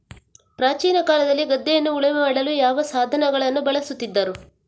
ಪ್ರಾಚೀನ ಕಾಲದಲ್ಲಿ ಗದ್ದೆಯನ್ನು ಉಳುಮೆ ಮಾಡಲು ಯಾವ ಸಾಧನಗಳನ್ನು ಬಳಸುತ್ತಿದ್ದರು?